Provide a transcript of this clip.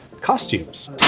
costumes